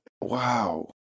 Wow